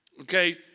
Okay